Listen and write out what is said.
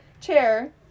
chair